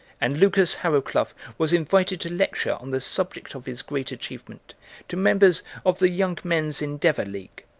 and lucas harrowcluff was invited to lecture on the subject of his great achievement to members of the young mens' endeavour league,